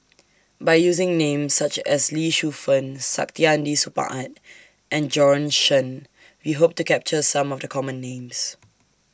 By using Names such as Lee Shu Fen Saktiandi Supaat and Bjorn Shen We Hope to capture Some of The Common Names